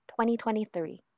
2023